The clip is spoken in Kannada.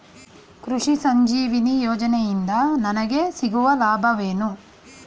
ಕೃಷಿ ಸಂಜೀವಿನಿ ಯೋಜನೆಯಿಂದ ನನಗೆ ಸಿಗುವ ಲಾಭವೇನು?